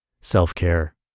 self-care